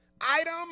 Item